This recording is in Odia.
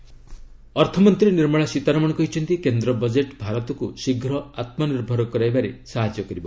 ଏଫ୍ଏମ୍ ବଜେଟ୍ ଅର୍ଥମନ୍ତ୍ରୀ ନିର୍ମଳା ସୀତାରମଣ କହିଚ୍ଚନ୍ତି କେନ୍ଦ୍ର ବଜେଟ୍ ଭାରତକୁ ଶୀଘ୍ର ଆତ୍ମନିର୍ଭର କରାଇବାରେ ସାହାଯ୍ୟ କରିବ